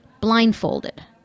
blindfolded